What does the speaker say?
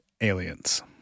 aliens